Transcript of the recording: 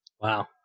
Wow